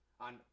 on